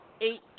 Eight